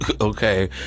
okay